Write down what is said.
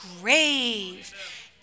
grave